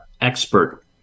expert